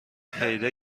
پیدا